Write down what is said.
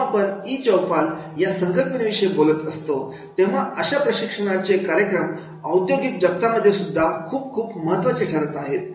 जेव्हा आपण ई चौपाल या संकल्पनेविषयी बोलत असतो तेव्हा अशा प्रकारचे कार्यक्रम औद्योगिक जगतामध्ये सुद्धा खूप खूप महत्त्वाचे ठरत आहेत